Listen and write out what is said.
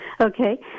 Okay